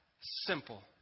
simple